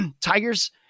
tigers